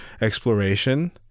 exploration